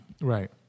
Right